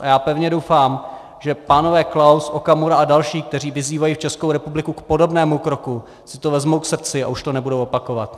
A já pevně doufám, že pánové Klaus, Okamura a další, kteří vyzývají Českou republiku k podobnému kroku, si to vezmou k srdci a už to nebudou opakovat.